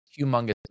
humongous